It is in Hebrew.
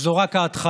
וזו רק ההתחלה.